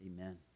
Amen